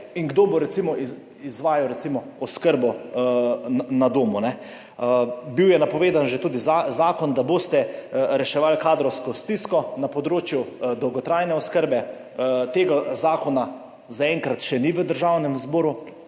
in kdo bo recimo izvajal recimo oskrbo na domu? Bil je napovedan že tudi zakon, da boste reševali kadrovsko stisko na področju dolgotrajne oskrbe tega zakona zaenkrat še ni v Državnem zboru.